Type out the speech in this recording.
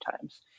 times